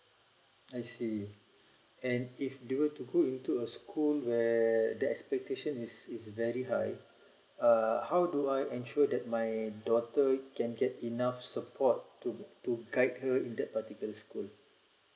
I see and if they were to go into a school where the expectation is is very high uh how do I ensure that my daughter can get enough support to to guide you in that particular school